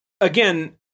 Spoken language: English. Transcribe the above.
again